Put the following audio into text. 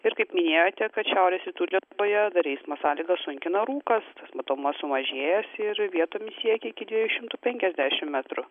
ir kaip minėjote kad šiaurės rytų lietuvoje dar eismo sąlygas sunkina rūkas matomumas sumažėjęs ir vietomis siekia iki dviejų šimtų penkiasdešim metrų